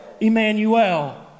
Emmanuel